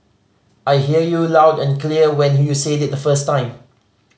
I hear you loud and clear when you said it the first time